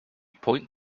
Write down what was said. point